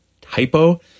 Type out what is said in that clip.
typo